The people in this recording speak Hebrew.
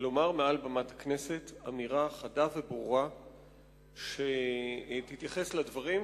לומר מעל במת הכנסת אמירה חדה וברורה שתתייחס לדברים,